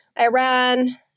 Iran